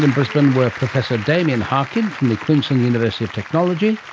in brisbane were professor damien harkin from the queensland university of technology,